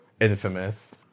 infamous